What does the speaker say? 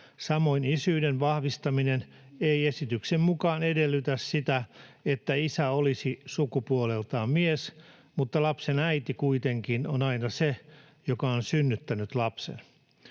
Samoin isyyden vahvistaminen ei esityksen mukaan edellytä sitä, että isä olisi sukupuoleltaan mies, mutta lapsen äiti kuitenkin on aina se, joka on synnyttänyt lapsen.